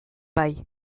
bai